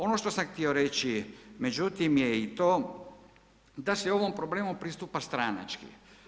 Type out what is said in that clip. Ono što sam htio reći, međutim je i to da se ovom problemu pristupa stranački.